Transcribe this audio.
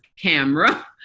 camera